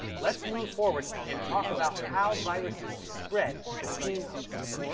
let's move forward and talk about how viruses spread between hosts.